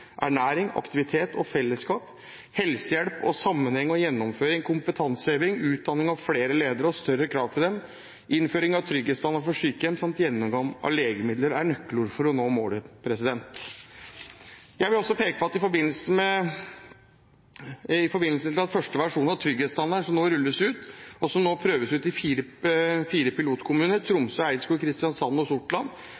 ernæring, aktivitet og fellesskap, helsehjelp og sammenheng og gjennomføring. Kompetanseheving, utdanning av flere ledere og større krav til dem, innføring av trygghetsstandard for sykehjem samt gjennomgang av legemidler er nøkkelord for å nå målet. Jeg vil peke på, i forbindelse med at første versjon av trygghetsstandarden nå rulles ut og prøves ut i fire pilotkommuner